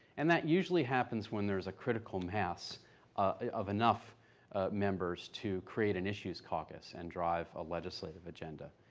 and that usually happens when there's a critical mass of enough members to create an issues caucus and drive a legislative agenda.